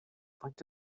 faint